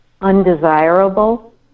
undesirable